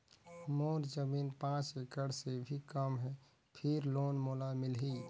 मोर जमीन पांच एकड़ से भी कम है फिर लोन मोला मिलही?